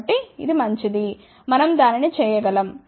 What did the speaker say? కాబట్టి ఇది మంచిది మనం దానిని చేయగలం